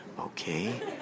okay